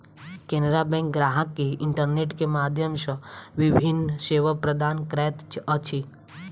Canara bank ग्राहक के internet के माध्यम सॅ विभिन्न सेवा प्रदान करैत अछि